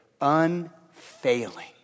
unfailing